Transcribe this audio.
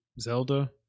Zelda